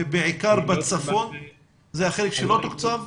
ובעיקר בצפון זה החלק שלא תוקצב?